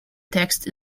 text